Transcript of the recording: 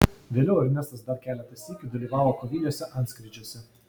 vėliau ernestas dar keletą sykių dalyvavo koviniuose antskrydžiuose